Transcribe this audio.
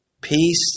peace